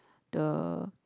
the